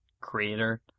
creator